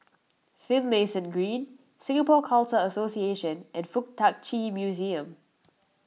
Finlayson Green Singapore Khalsa Association and Fuk Tak Chi Museum